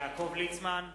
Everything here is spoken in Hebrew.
יעקב ליצמן,